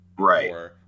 Right